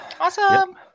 Awesome